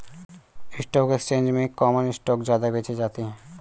stock exchange में common stock ज्यादा बेचे जाते है